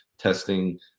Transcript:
testing